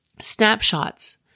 snapshots